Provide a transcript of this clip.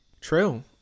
True